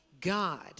God